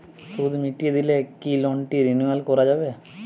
সুদ মিটিয়ে দিলে কি লোনটি রেনুয়াল করাযাবে?